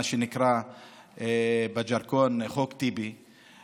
מה שנקרא בז'רגון "חוק טיבי";